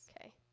okay